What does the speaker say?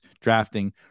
drafting